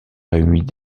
réunit